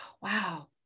wow